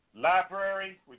library